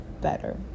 better